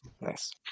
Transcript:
Nice